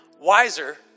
wiser